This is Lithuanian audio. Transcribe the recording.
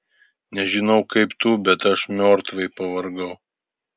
nežinau kaip tu bet aš miortvai pavargau